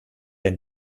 denn